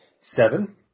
Seven